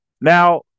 Now